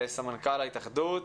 סמנכ"ל ההתאחדות,